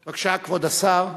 בבקשה, כבוד השר.